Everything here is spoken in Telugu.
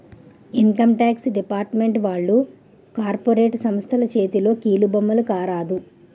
ఇన్కమ్ టాక్స్ డిపార్ట్మెంట్ వాళ్లు కార్పొరేట్ సంస్థల చేతిలో కీలుబొమ్మల కారాదు